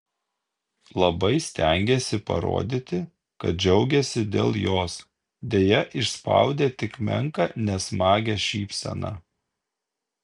labai stengėsi parodyti kad džiaugiasi dėl jos deja išspaudė tik menką nesmagią šypseną